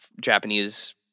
Japanese